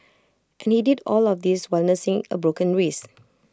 and he did all of this while nursing A broken wrist